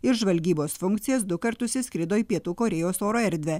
ir žvalgybos funkcijas du kartus įskrido į pietų korėjos oro erdvę